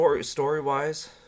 story-wise